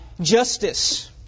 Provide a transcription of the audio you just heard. justice